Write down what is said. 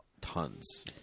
Tons